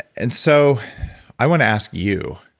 and so i want to ask you,